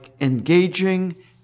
engaging